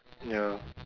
ya